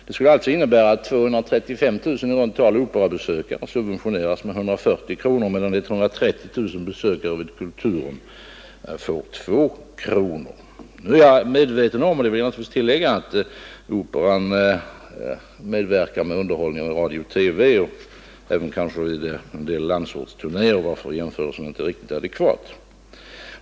Det skulle alltså innebära att i runt tal 235 000 operabesökare subventioneras med 140 kronor var medan 130 000 besökare vid Kulturen får 2 kronor var. Nu är jag medveten om =— det vill jag naturligtvis tillägga — att Operan medverkar i radio och TV och även kanske gör en del landsortsturnéer, varför jämförelsen inte är riktigt adekvat.